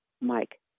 Mike